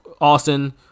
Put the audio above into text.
Austin